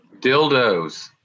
Dildos